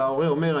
וההורה אומר,